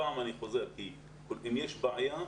אם יש בעיה,